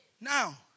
Now